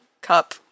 cup